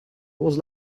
was